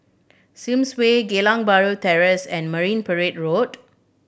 Sims Way Geylang Bahru Terrace and Marine Parade Road